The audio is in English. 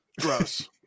Gross